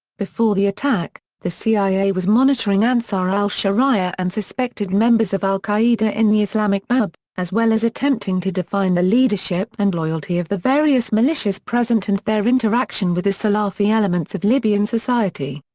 before the attack, the cia was monitoring ansar al-sharia and suspected members of al-qaeda in the islamic maghreb, as well as attempting to define the leadership and loyalty of the various militias present and their interaction with the salafi elements of libyan society.